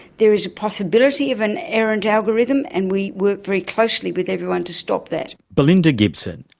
there is a possibility of an errant algorithm and we work very closely with everyone to stop that. belinda gibson,